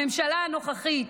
הממשלה הנוכחית.